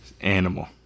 Animal